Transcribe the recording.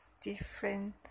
different